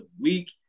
week